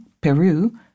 Peru